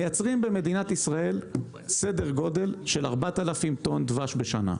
מייצרים במדינת ישראל סדר גודל של 4,000 טון דבש בשנה.